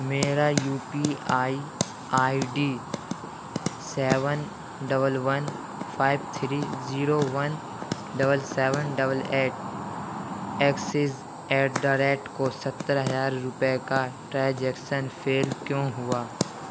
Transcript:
میرا U P I I D seven double one five three zero one double seven double eight Axis at the rate کو ستّر ہزار روپئے کا ٹراجیکسن فیل کیوں ہوا